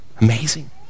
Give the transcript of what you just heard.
Amazing